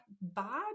bad